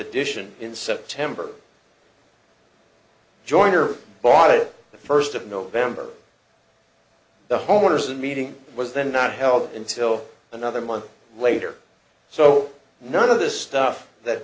edition in september joyner bought it the first of november the homeowners a meeting was then not held until another month later so none of the stuff that